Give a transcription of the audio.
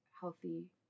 healthy